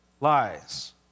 Lies